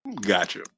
Gotcha